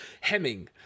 Hemming